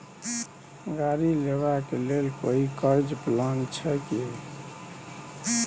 गाड़ी लेबा के लेल कोई कर्ज प्लान छै की?